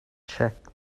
check